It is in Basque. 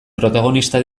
protagonista